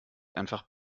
einfach